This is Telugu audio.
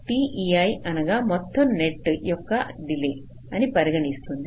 t అనగా మొత్తం నెట్ యొక్క డిలే ని పరిగణిస్తుంది